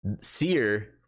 Seer